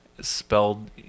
spelled